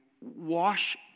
wash